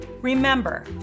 Remember